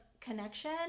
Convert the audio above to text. connection